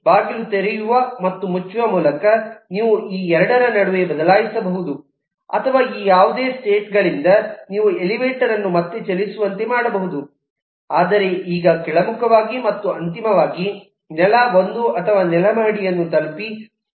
ಬಾಗಿಲು ತೆರೆಯುವ ಮತ್ತು ಮುಚ್ಚುವ ಮೂಲಕ ನೀವು ಈ 2 ರ ನಡುವೆ ಬದಲಾಯಿಸಬಹುದು ಅಥವಾ ಈ ಯಾವುದೇ ಸ್ಟೇಟ್ ಗಳಿಂದ ನೀವು ಎಲಿವೇಟರ್ ಅನ್ನು ಮತ್ತೆ ಚಲಿಸುವಂತೆ ಮಾಡಬಹುದು ಆದರೆ ಈಗ ಕೆಳಮುಖವಾಗಿ ಮತ್ತು ಅಂತಿಮವಾಗಿ ನೆಲ 1 ಅಥವಾ ನೆಲಮಹಡಿಯನ್ನು ತಲುಪಿ ಸ್ಥಾಯಿ ಆಗಬಹುದು